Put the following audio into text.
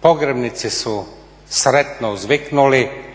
Pogrebnici su sretno uzviknuli